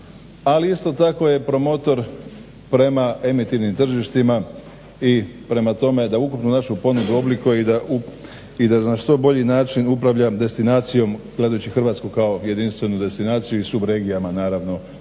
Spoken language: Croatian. ali isto tako je promotor prema emitivnim tržištima i prema tome da ukupno našu ponudu oblikuje i da na što bolji način upravlja destinacijom gledajući Hrvatsku kao jedinstvenu destinaciju i subregijama naravno